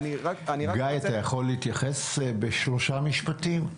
גיא אתה יכול להתייחס בשלושה משפטים?